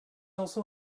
also